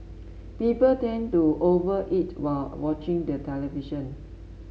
people tend to over eat while watching the television